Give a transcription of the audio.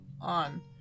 on